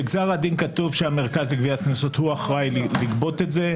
בגזר הדין כתוב שהמרכז לגביית קנסות הוא אחראי לגבות את זה,